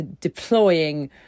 deploying